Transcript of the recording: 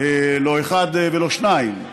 והיו לא אחד ולא שניים,